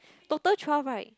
total twelve right